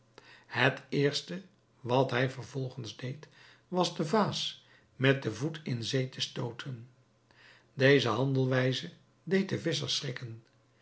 het eerste wat hij vervolgens deed was de vaas met den voet in zee te stooten deze handelwijze deed den visscher schrikken